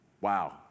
Wow